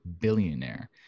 billionaire